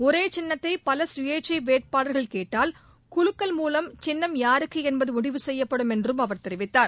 ஒரே சின்னத்தை பல குயேச்சை வேட்பாளர்கள் கேட்டால் குலுக்கல் மூலம் சின்னம் யாருக்கு என்பது முடிவு செய்யப்படும் என்றும் அவர் தெரிவித்தார்